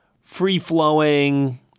free-flowing